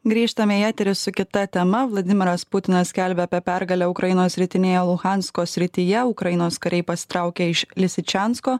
grįžtame į eterį su kita tema vladimiras putinas skelbia apie pergalę ukrainos rytinėje luhansko srityje ukrainos kariai pasitraukė iš lisičiansko